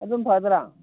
ꯑꯗꯨꯅ ꯐꯔꯗ꯭ꯔꯥ